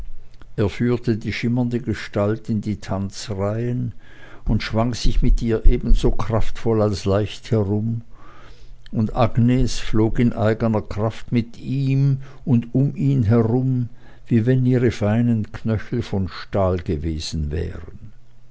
er führte die schimmernde gestalt in die tanzreihen und schwang sich mit ihr ebenso kraftvoll als leicht herum und agnes flog in eigener kraft mit ihm und um ihn herum wie wenn ihre feinen knöchel von stahl gewesen wären